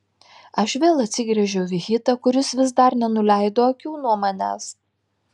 aš vėl atsigręžiau į hitą kuris vis dar nenuleido akių nuo manęs